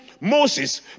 moses